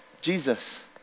Jesus